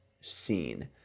scene